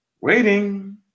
Waiting